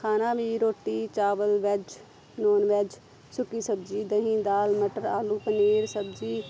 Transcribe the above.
ਖਾਣਾ ਵੀ ਰੋਟੀ ਚਾਵਲ ਵੈੱਜ ਨੌਨ ਵੈੱਜ ਸੁੱਕੀ ਸਬਜ਼ੀ ਦਹੀਂ ਦਾਲ ਮਟਰ ਆਲੂ ਪਨੀਰ ਸਬਜ਼ੀ